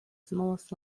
smallest